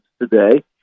today